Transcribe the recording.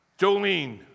Jolene